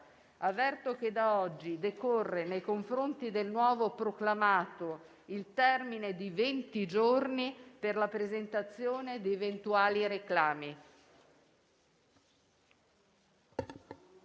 Avverto che da oggi decorre nei confronti del nuovo proclamato il termine di venti giorni per la presentazione di eventuali reclami.